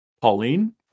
Pauline